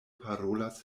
parolas